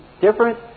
different